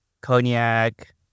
cognac